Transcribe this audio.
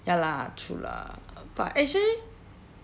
ya lah true lah but actually